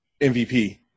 MVP